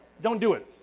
don't do it.